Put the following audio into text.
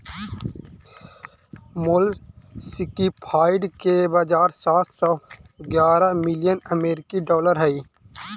molluscicide के बाजार सात सौ ग्यारह मिलियन अमेरिकी डॉलर हई